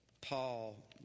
Paul